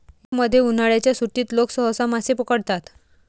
युरोपमध्ये, उन्हाळ्याच्या सुट्टीत लोक सहसा मासे पकडतात